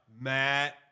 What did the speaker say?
Matt